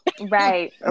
right